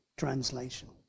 translation